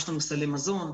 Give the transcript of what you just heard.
יש לנו סלי מזון,